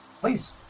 please